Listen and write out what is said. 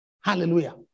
Hallelujah